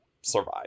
survive